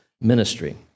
ministry